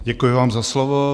Děkuji vám za slovo.